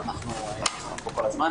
אנחנו היינו פה כל הזמן.